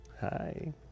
Hi